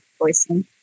voicing